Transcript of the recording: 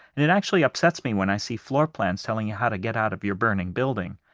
and it actually upsets me when i see floor plans telling you how to get out of your burning building,